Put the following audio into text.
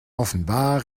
offenbar